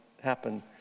happen